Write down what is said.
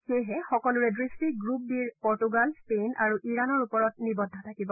সেয়েহে সকলোৰে দৃষ্টি গ্ৰুপ বিৰ পৰ্টুগাল স্পেইন আৰু ইৰাণৰ ওপৰত নিবদ্ধ থাকিব